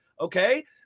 okay